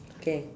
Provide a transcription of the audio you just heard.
okay